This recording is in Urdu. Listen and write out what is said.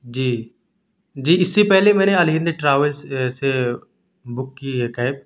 جی جی اس سے پہلے میں نے الہند ٹراولس سے بک کی ہے کیب